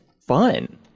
fun